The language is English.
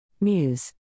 Muse